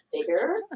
bigger